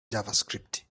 javascript